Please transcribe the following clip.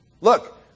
Look